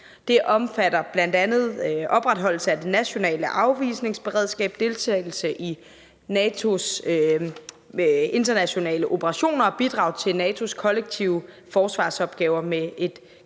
Det omfatter bl.a. opretholdelse af det nationale afvisningsberedskab, deltagelse i NATO's internationale operationer og bidrag til NATO's kollektive forsvarsopgaver med et